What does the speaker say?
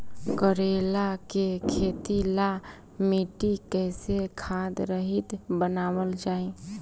करेला के खेती ला मिट्टी कइसे खाद्य रहित बनावल जाई?